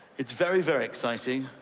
it's very, very exciting.